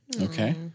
Okay